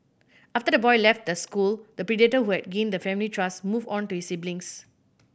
after the boy left the school the predator who had gained the family trust moved on to his siblings